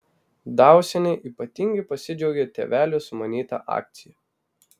dausienė ypatingai pasidžiaugė tėvelių sumanyta akcija